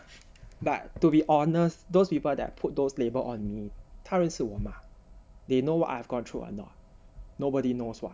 but to be honest those people that put those label on me 他认识我吗 they know what I have gone through or not nobody knows [what]